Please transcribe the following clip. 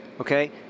Okay